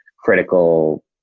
critical